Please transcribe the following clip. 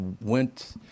went